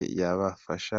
yabafasha